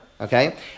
Okay